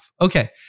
Okay